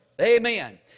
Amen